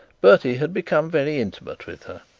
bertie had become very intimate with her,